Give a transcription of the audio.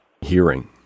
hearing